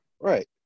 Right